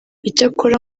icyakora